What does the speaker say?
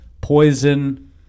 Poison